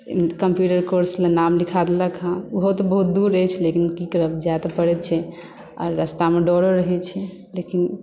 computer कोर्समे नाम लिखा देलक हेँ ओहो तऽ बहुत दूर अछि लेकिन की करब जाए तऽ पड़ैत छै रास्तामे डरो रहैत छै लेकिन